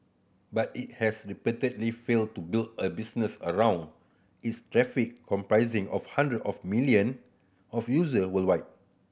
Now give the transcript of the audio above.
but it has repeatedly failed to build a business around its traffic comprising of hundred of million of user worldwide